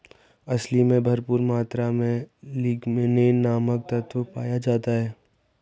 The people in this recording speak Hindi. अलसी में भरपूर मात्रा में लिगनेन नामक तत्व पाया जाता है